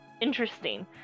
interesting